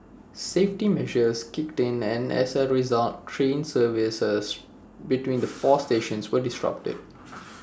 safety measures kicked in and as A result train services between the four stations were disrupted